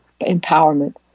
empowerment